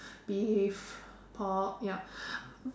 beef pork yup